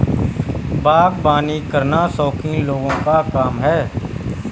बागवानी करना शौकीन लोगों का काम है